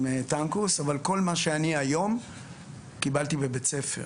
אבל כל מה שאני היום קיבלתי בבית ספר.